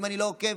ואם אני לא עוקב,